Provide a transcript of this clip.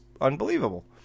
unbelievable